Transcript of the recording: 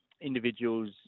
Individuals